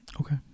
okay